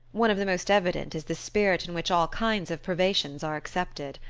one of the most evident is the spirit in which all kinds of privations are accepted.